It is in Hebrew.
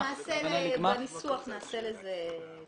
בניסוח נעשה את זה.